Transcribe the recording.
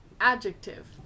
Adjective